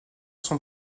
son